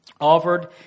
offered